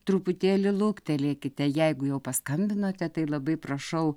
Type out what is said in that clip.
truputėlį luktelėkite jeigu jau paskambinote tai labai prašau